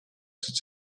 switch